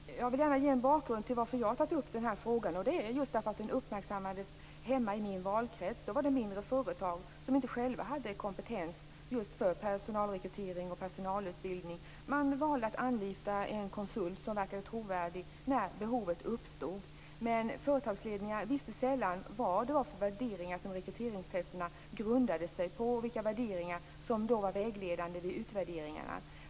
Fru talman! Jag vill gärna ge en bakgrund till varför jag har tagit upp den här frågan. Det är just därför att den uppmärksammades hemma i min valkrets. Där fanns det mindre företag som inte själva hade kompetens för personalrekrytering och personalutbildning och då valde att anlita en konsult som verkade trovärdig när behovet uppstod. Men företagsledningarna visste sällan vad det var för värderingar som rekryteringstesten grundade sig på och vilka värderingar som var vägledande vid utvärderingarna.